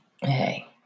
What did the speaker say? Hey